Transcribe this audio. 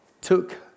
took